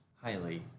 Highly